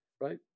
right